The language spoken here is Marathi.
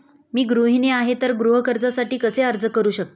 मी गृहिणी आहे तर गृह कर्जासाठी कसे अर्ज करू शकते?